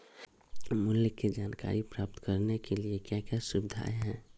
मूल्य के जानकारी प्राप्त करने के लिए क्या क्या सुविधाएं है?